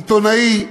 עיתונאי,